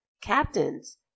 captains